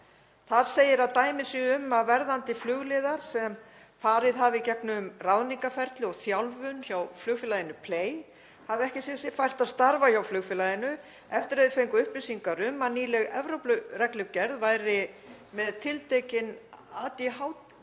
Þar segir að dæmi séu um að verðandi flugliðar sem farið hafa í gegnum ráðningarferli og þjálfun hjá flugfélaginu Play hafi ekki séð sér fært að starfa hjá flugfélaginu eftir að þau fengu upplýsingar um að nýleg Evrópureglugerð væri með tiltekin ADHD-lyf